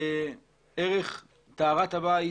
ערך טהרת הבית